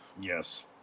Yes